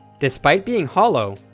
despite being hollow,